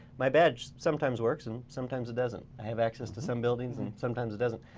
my badge sometimes works and sometimes it doesn't. i have access to some buildings and sometimes it doesn't.